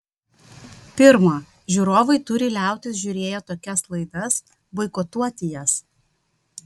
pirma žiūrovai turi liautis žiūrėję tokias laidas boikotuoti jas